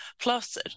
plus